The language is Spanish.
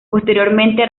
posteriormente